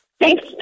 Thanks